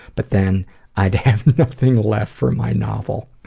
but then i'd have nothing left for my novel.